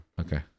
Okay